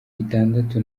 itandatu